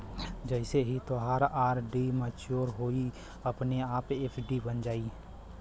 जइसे ही तोहार आर.डी मच्योर होइ उ अपने आप एफ.डी बन जाइ